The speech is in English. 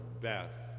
beth